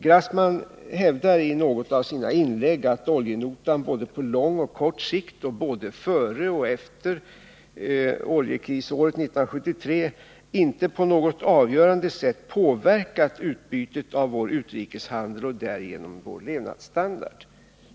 Grassman hävdar i något av sina inlägg att oljenotan på både lång och kort sikt — och både före och efter oljekrisåret 1973 — inte på något avgörande sätt påverkat utbytet av vår utrikeshandel och därigenom vår levnadsstandard.